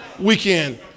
weekend